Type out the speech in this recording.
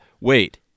wait